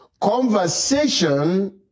Conversation